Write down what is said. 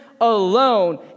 alone